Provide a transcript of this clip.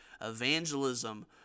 evangelism